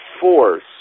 force